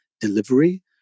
delivery